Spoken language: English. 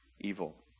evil